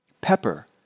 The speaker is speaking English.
Pepper